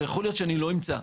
אבל יכול להיות שאני לא אמצא.